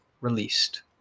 released